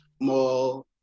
more